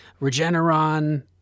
Regeneron